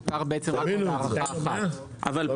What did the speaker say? אתה